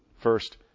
first